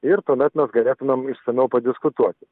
ir tuomet mes galėtumėm išsamiau padiskutuoti